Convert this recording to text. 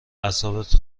اعصابت